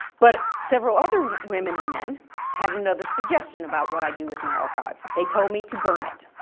but, several other women and men had another suggestion about what i do with my archive. they told me to burn it.